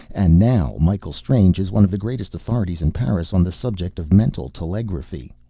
and now michael strange is one of the greatest authorities in paris on the subject of mental telegraphy.